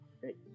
Great